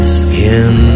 skin